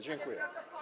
Dziękuję.